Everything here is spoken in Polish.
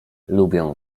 lubię